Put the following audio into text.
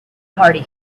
party